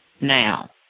now